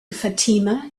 fatima